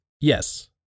yes